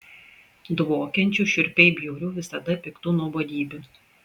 dvokiančių šiurpiai bjaurių visada piktų nuobodybių